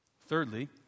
Thirdly